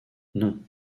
non